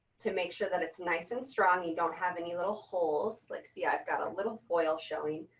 to make sure that it's nice and strong. you don't have any little holes, like see, i've got a little foil showing.